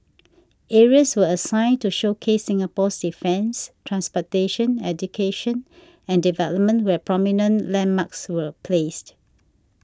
areas were assigned to showcase Singapore's defence transportation education and development where prominent landmarks were placed